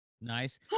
Nice